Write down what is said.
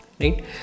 right